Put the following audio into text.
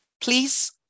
please